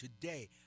today